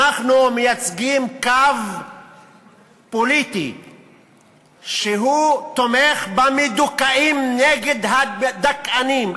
אנחנו מייצגים קו פוליטי שתומך במדוכאים נגד המדכאים.